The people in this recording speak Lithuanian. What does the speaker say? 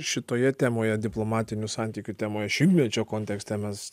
šitoje temoje diplomatinių santykių temoje šimtmečio kontekste mes